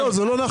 לא, זה לא נכון.